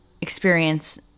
experience